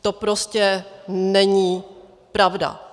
To prostě není pravda.